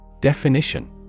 Definition